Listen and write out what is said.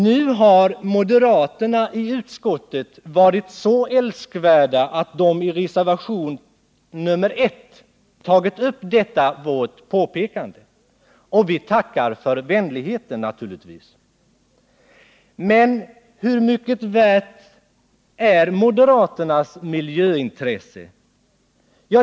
Nu har moderaterna i utskottet varit så älskvärda att de i reservation nr 1 tagit upp detta vårt påpekande. Vi tackar naturligtvis för vänligheten. Men hur mycket värt är då moderaternas miljöintresse?